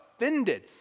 offended